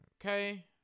Okay